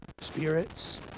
spirits